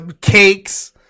cakes